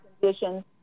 conditions